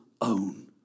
own